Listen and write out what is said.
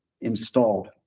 installed